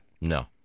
No